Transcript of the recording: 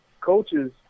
coaches